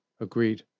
Agreed